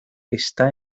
está